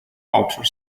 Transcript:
outer